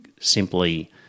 simply